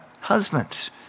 husbands